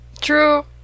True